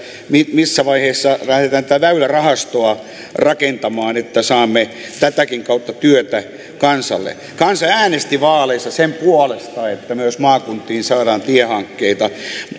missä vaiheessa lähdetään tätä väylärahastoa rakentamaan että saamme tätäkin kautta työtä kansalle kansa äänesti vaaleissa sen puolesta että myös maakuntiin saadaan tiehankkeita